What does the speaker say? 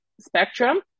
spectrum